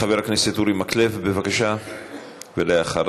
חבר הכנסת אורי מקלב, בבקשה, ואחריו,